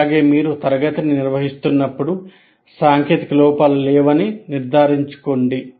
అలాగే మీరు తరగతిని నిర్వహిస్తున్నప్పుడు సాంకేతిక లోపాలు లేవని నిర్ధారించుకోండి